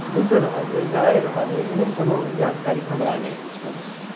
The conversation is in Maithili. युद्ध रहल अइ लड़ाइ रहल अइ एहन कोनो जानकारी हमरा नहि अछि कम